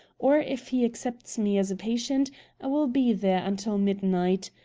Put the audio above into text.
or if he accepts me as a patient i will be there until midnight.